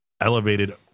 elevated